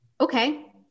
okay